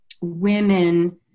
women